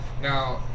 Now